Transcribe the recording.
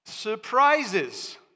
Surprises